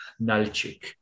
Nalchik